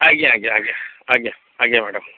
ଆଜ୍ଞା ଆଜ୍ଞା ଆଜ୍ଞା ଆଜ୍ଞା ଆଜ୍ଞା ମ୍ୟାଡ଼ାମ୍